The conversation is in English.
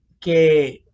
que